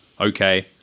Okay